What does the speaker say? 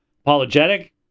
apologetic